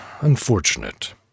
unfortunate